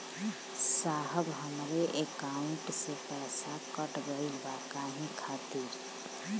साहब हमरे एकाउंट से पैसाकट गईल बा काहे खातिर?